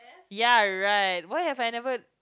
ya right why have I never